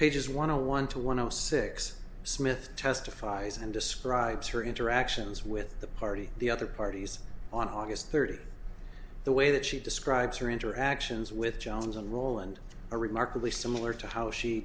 pages want to one two one zero six smith testifies and describes her interactions with the party the other parties on august third the way that she describes her interactions with jones and roland are remarkably similar to how she